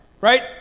Right